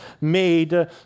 made